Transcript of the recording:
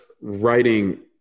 writing